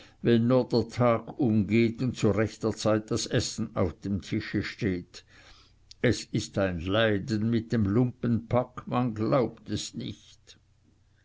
tag umgeht und zu rechter zeit das essen auf dem tische steht es ist ein leiden mit dem lumpenpack man glaubt es nicht